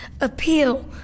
appeal